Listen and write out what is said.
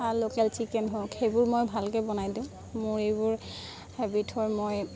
বা local chicken হওক সেইবোৰ মই ভালকৈ বনাই দিওঁ মোৰ এইবোৰ হেবিট হয় মই